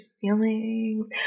feelings